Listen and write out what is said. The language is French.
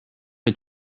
est